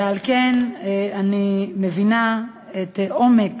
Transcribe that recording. ועל כן, אני מבינה את עומק